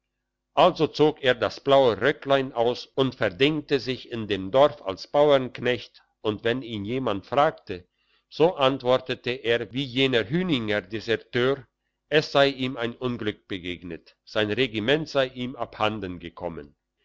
also zog er das blaue röcklein aus und verdingte sich in dem dorf als bauernknecht und wenn ihn jemand fragte so antwortete er wie jener hüninger deserteur es sei ihm ein unglück begegnet sein regiment sei ihm abhanden gekommen